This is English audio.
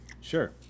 Sure